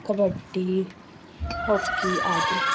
kabaddi hockey ਆਦਿ